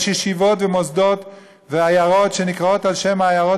יש ישיבות ומוסדות ועיירות שנקראות על-שם העיירות